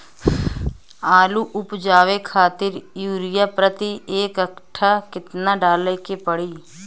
आलू उपजावे खातिर यूरिया प्रति एक कट्ठा केतना डाले के पड़ी?